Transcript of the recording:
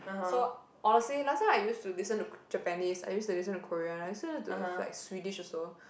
so honestly last time I used to listen to Japanese I used to listen to Korean I listen to like Swedish also